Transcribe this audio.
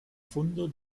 fundo